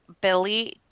billy